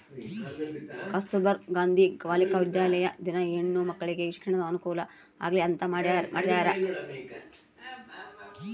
ಕಸ್ತುರ್ಭ ಗಾಂಧಿ ಬಾಲಿಕ ವಿದ್ಯಾಲಯ ದಿನ ಹೆಣ್ಣು ಮಕ್ಕಳಿಗೆ ಶಿಕ್ಷಣದ ಅನುಕುಲ ಆಗ್ಲಿ ಅಂತ ಮಾಡ್ಯರ